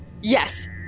Yes